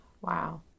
Wow